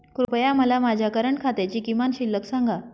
कृपया मला माझ्या करंट खात्याची किमान शिल्लक सांगा